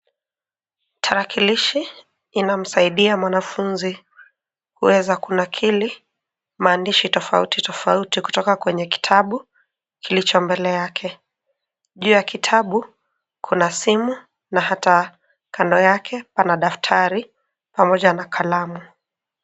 Tarakilishi inamsaidia mwanafunzi kuweza kunakili maandishi tofauti tofauti kutoka kwenye kitabu kilicho mbele yake. Juu ya kitabu kuna simu na hata kando yake kuna daftari pamoja na kalamu.